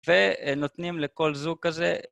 ונותנים לכל זוג כזה.